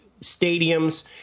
stadiums